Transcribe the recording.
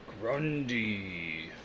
Grundy